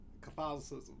Catholicism